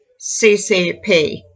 CCP